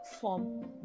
form